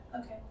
Okay